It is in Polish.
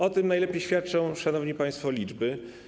O tym najlepiej świadczą, szanowni państwo, liczby.